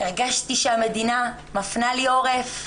הרגשתי שהמדינה מפנה לי עורף.